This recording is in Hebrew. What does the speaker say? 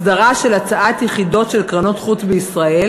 הסדרה של הצעת יחידות של קרנות חוץ בישראל